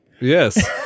Yes